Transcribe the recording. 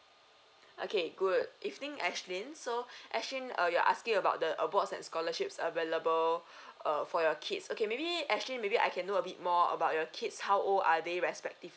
okay good evening Ashlyn so Ashlyn err you're asking about the abroad and scholarships available err for your kids okay maybe Ashlyn maybe maybe I can do a bit more about your kids how old are they respectively